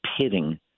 pitting